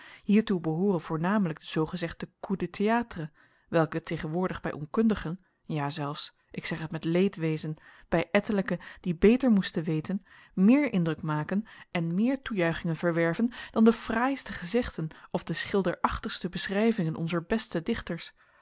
hiertoe behooren voornamelijk de zoogezegde coups de théatre welke tegenwoordig bij onkundigen ja zelfs ik zeg het met leedwezen bij ettelijken die beter moesten weten meer indruk maken en meer toejuichingen verwerven dan de fraaiste gezegden of de schilderachtigste beschrijvingen onzer beste dichters